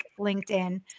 LinkedIn